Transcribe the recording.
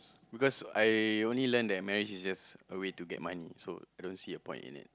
because I only learn that marriage is just a way to get money so I don't see a point in it